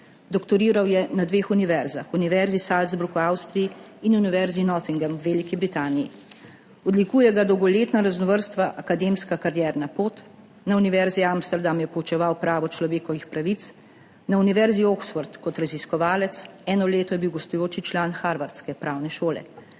Doktoriral je na dveh univerzah, univerzi Salzburg v Avstriji in univerzi Nottingham v Veliki Britaniji. Odlikuje ga dolgoletna raznovrstna akademska karierna pot. Na univerzi Amsterdam je poučeval pravo človekovih pravic, na univerzi Oxford [je deloval] kot raziskovalec, eno leto je bil gostujoči član harvardske pravne šole.